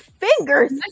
fingers